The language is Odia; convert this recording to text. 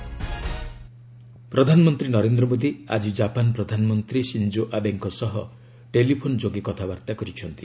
ପିଏମ୍ ଜାପାନ୍ ପ୍ରଧାନମନ୍ତ୍ରୀ ନରେନ୍ଦ୍ର ମୋଦୀ ଆଜି ଜାପାନ ପ୍ରଧାନମନ୍ତ୍ରୀ ସିଞ୍ଜୋ ଆବେଙ୍କ ସହ ଟେଲିଫୋନ୍ ଯୋଗେ କଥାବାର୍ତ୍ତା କରିଛନ୍ତି